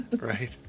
Right